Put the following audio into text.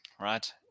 right